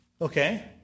Okay